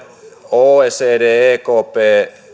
oecd ekp